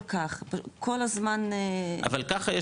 כל הזמן --- אבל ככה,